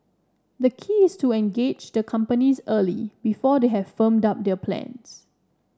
the key is to engage the companies early before they have firmed up their plans